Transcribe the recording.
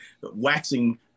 waxing